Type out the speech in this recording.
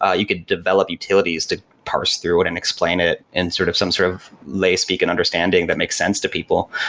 ah you could develop utilities to parse through it and explain it in sort of some sort of lay speak and understanding that makes sense to people,